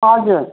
हजुर